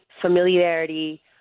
familiarity